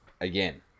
again